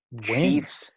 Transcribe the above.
Chiefs